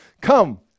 come